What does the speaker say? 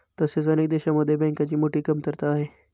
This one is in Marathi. तसेच अनेक देशांमध्ये बँकांची मोठी कमतरता आहे